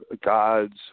gods